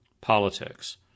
politics